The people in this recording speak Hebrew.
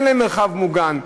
אין להם מרחב מוגן,